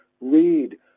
read